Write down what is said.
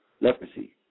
Leprosy